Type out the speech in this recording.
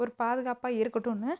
ஒரு பாதுகாப்பாக இருக்கட்டும்னு